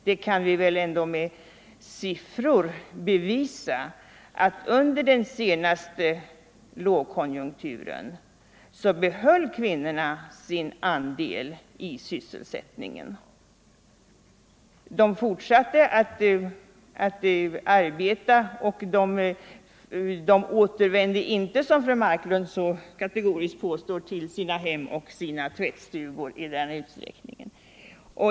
Vi kan ändå med siffror bevisa att under den senaste lågkonjunkturen behöll kvinnorna sin andel i sysselsättningen. De fortsatte att arbeta, de återvände inte — som fru Marklund så bestämt påstod — till sina hem och sina tvättstugor.